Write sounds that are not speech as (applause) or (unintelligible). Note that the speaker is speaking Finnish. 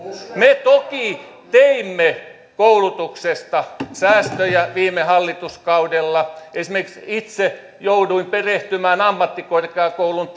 me toki teimme koulutuksesta säästöjä viime hallituskaudella esimerkiksi itse jouduin perehtymään ammattikorkeakoulun (unintelligible)